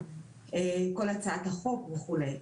את כל הצעת החוק וכולי.